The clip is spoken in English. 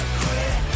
quit